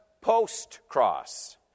post-cross